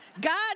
God